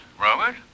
Robert